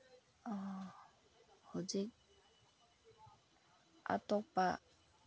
ꯍꯧꯖꯤꯛ ꯑꯇꯣꯞꯄ